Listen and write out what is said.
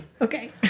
Okay